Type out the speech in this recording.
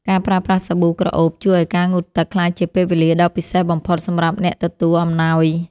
ការប្រើប្រាស់សាប៊ូក្រអូបជួយឱ្យការងូតទឹកក្លាយជាពេលវេលាដ៏ពិសេសបំផុតសម្រាប់អ្នកទទួលអំណោយ។